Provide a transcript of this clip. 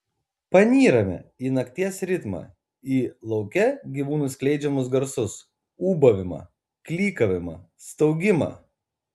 panyrame į nakties ritmą į lauke gyvūnų skleidžiamus garsus ūbavimą klykavimą staugimą